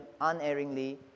unerringly